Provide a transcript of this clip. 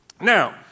Now